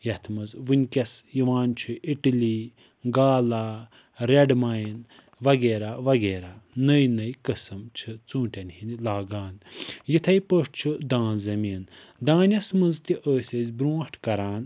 یَتھ منٛز وُنکٮ۪س یِوان چھُ اِٹلی گالا ریڈ مایِن وغیرہ وغیرہ نٔوۍ نٔوۍ قٔسٕم چھِ ژوٗنٛٹھٮ۪ن ہٕنٛدۍ لاگان یِتھٕے پٲٹھۍ چھُ دان زٔمیٖن دانٮ۪س منٛز تہِ ٲسۍ أسۍ برٛونٛٹھ کَران